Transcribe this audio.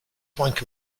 plank